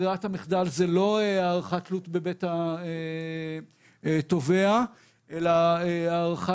ברירת המחדל זה לא הערכת תלות בבית התובע אלא הערכה,